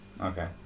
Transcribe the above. Okay